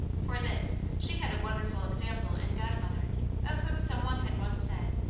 for this, she had a wonderful example in godmother of whom some one had once said,